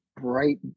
bright